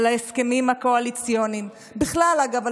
על ההסכמים הקואליציוניים, ובכלל, אגב,